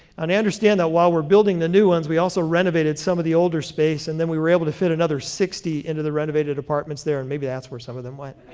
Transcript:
i understand that while we're building the new ones, we also renovated some of the older space, and then we were able to fit another sixty into the renovated apartments there, and maybe that's where some of them went.